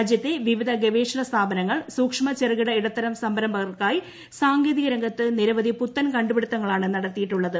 രാജ്യത്തെ വിവിധ ഗവേഷണ സ്ഥാപനങ്ങൾ സൂക്ഷമ ചെറുകിട ഇടത്തര സംരംഭകർക്കായി സാങ്കേതിക രംഗത്ത് നിരവധി പുത്തൻ കണ്ടുപിടിത്തങ്ങളാണ് നടത്തിയിട്ടുള്ളത്